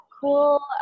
cool